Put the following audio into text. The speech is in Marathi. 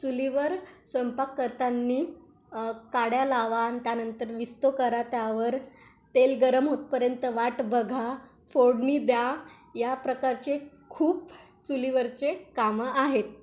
चुलीवर स्वयंपाक करताना काड्या लावा आणि त्यानंतर विस्तव करा त्यावर तेल गरम होतपर्यंत वाट बघा फोडणी द्या या प्रकारचे खूप चुलीवरचे कामं आहेत